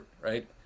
right